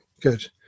good